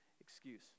excuse